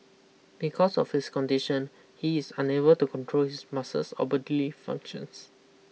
because of his condition he is unable to control his muscles or body functions